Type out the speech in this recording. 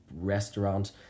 restaurant